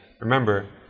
Remember